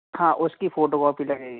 हाँ उसकी photocopy लगेगी